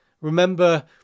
Remember